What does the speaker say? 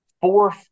four